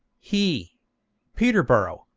he peterborough,